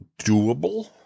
doable